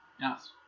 Yes